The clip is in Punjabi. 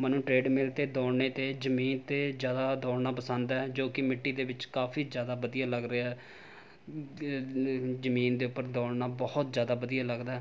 ਮੈਨੂੰ ਟ੍ਰੈਡਮਿਲ 'ਤੇ ਦੌੜਨੇ ਅਤੇ ਜ਼ਮੀਨ 'ਤੇ ਜ਼ਿਆਦਾ ਦੌੜਨਾ ਪਸੰਦ ਹੈ ਜੋ ਕਿ ਮਿੱਟੀ ਦੇ ਵਿੱਚ ਕਾਫ਼ੀ ਜ਼ਿਆਦਾ ਵਧੀਆ ਲੱਗ ਰਿਹਾ ਅ ਜ਼ਮੀਨ ਦੇ ਉੱਪਰ ਦੌੜਨਾ ਬਹੁਤ ਜ਼ਿਆਦਾ ਵਧੀਆ ਲੱਗਦਾ ਏ